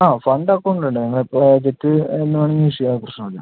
ആ ഫണ്ട് ഒക്കെ ഉണ്ട് നമ്മൾ അപ്പം ചെക്ക് അത് എന്ന് ആണെങ്കിലും ഇഷ്യൂ ആയാൽ പ്രശ്നം ഇല്ല